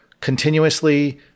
continuously